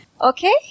Okay